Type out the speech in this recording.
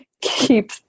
keep